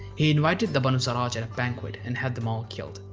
he invited the banu sarraj at a banquet and had them all killed.